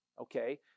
okay